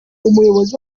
umuyobozi